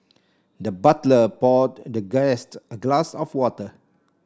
the butler poured the guest a glass of water